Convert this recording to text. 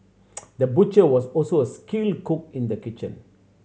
the butcher was also a skilled cook in the kitchen